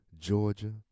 Georgia